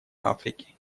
африки